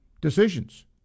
decisions